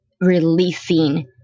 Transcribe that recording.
releasing